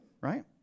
right